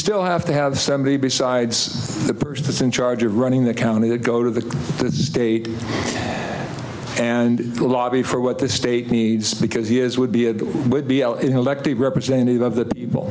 still have to have somebody besides the person who is in charge of running the county to go to the state and to lobby for what the state needs because he is would be a would be l elected representative of the people